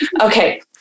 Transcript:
okay